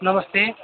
नमस्त